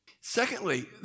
Secondly